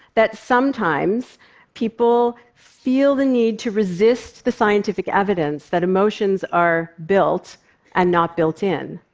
that sometimes people feel the need to resist the scientific evidence that emotions are built and not built in.